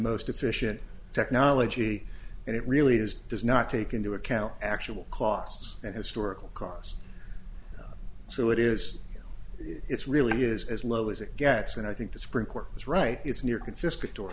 most efficient technology and it really does does not take into account actual costs and historical cost so it is it's really is as low as it gets and i think the supreme court is right it's near confis